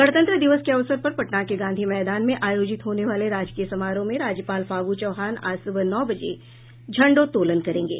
गणतंत्र दिवस के अवसर पर पटना के गांधी मैदान में आयोजित होने वाले राजकीय समारोह में राज्यपाल फागू चौहान आज सुबह नौ बजे झण्डोत्तोलन करेंगे